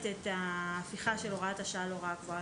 את ההפיכה של הוראת השעה להוראה קבועה,